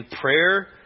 prayer